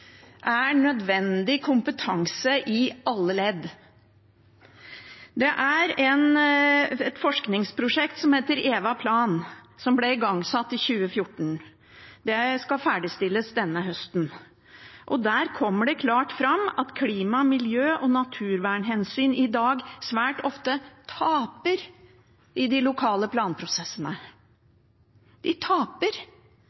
nødvendig kompetanse i alle ledd. Det er et forskningsprosjekt som heter EVAPLAN, som ble igangsatt i 2014. Det skal ferdigstilles denne høsten. Der kommer det klart fram at klima-, miljø- og naturvernhensyn i dag svært ofte taper i de lokale